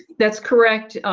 that's correct,